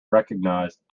recognised